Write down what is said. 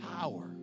power